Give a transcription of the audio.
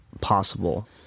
possible